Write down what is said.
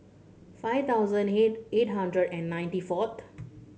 five thousand eight hundred and ninety fouth